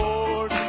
Lord